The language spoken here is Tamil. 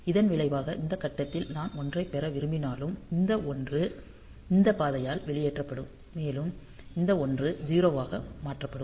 இதன் விளைவாக இந்த கட்டத்தில் நான் 1 ஐப் பெற விரும்பினாலும் இந்த 1 இந்த பாதையால் வெளியேற்றப்படும் மேலும் இந்த 1 0 ஆக மாற்றப்படும்